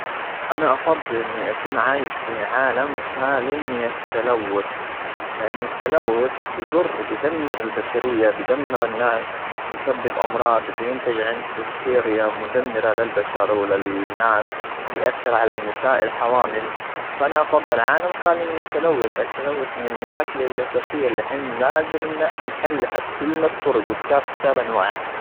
أنا أفضل إني أكون عايش في عالم خالا من التلوث، لأن التلوث بيضر، بيدمر البشرية، بيدمر الناس. بيسبب أمراض بينتج عنه بكتيريا مدمرة للبشر وللناس. بيأثر على النساء الحوامل. فأنا أفضل عالم خالي من التلوث. التلوث من المشاكل الأساسية اللي لحين لازم نحلها بكل الطرق وبكافة الأنواع.